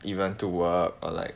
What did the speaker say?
if you want to work or like